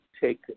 take